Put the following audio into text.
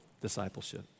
discipleship